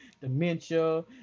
dementia